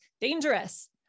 dangerous